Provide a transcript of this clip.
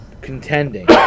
contending